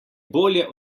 bolje